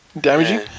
damaging